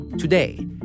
Today